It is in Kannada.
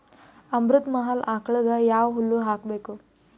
ಅಮೃತ ಮಹಲ್ ಆಕಳಗ ಯಾವ ಹುಲ್ಲು ಹಾಕಬೇಕು?